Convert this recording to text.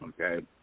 okay